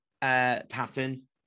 pattern